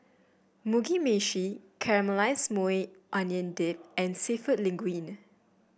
Mugi Meshi Caramelized Maui Onion Dip and seafood Linguine